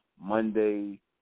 Monday